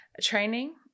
training